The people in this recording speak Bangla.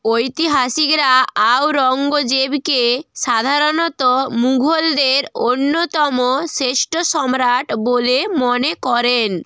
ঐতিহাসিকরা ঔরঙ্গজেবকে সাধারণত মুঘলদের অন্যতম শ্রেষ্ঠ সম্রাট বলে মনে করেন